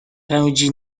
pędzi